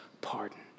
pardon